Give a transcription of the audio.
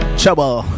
trouble